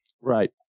Right